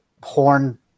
porn